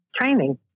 training